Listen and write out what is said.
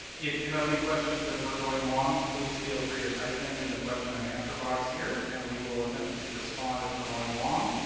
if you have any questions as we're going along, please feel free to type them in the question and answer box here and we will attempt to respond as we're going along.